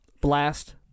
Blast